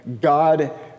God